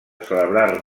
celebrar